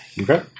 Okay